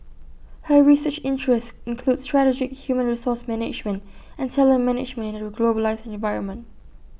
her research interests include strategic human resource management and talent management in A globalised environment